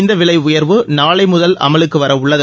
இந்த விலை உயர்வு நாளைமுதல் அமலுக்கு வர உள்ளது